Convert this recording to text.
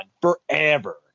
forever